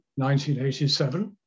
1987